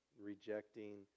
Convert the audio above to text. rejecting